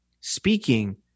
speaking